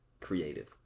creative